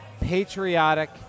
patriotic